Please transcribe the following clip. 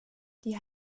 die